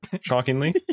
shockingly